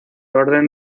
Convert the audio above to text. orden